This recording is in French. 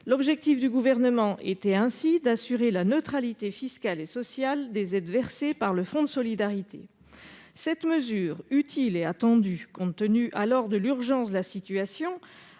L'objectif du Gouvernement était d'assurer la neutralité fiscale et sociale des aides versées par le fonds de solidarité. Cette mesure, utile et attendue, compte tenu de l'urgence de la situation,